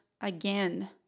again